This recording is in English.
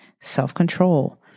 self-control